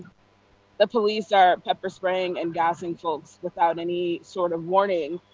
the police are pepper spring and gassing folks without any sort of warning,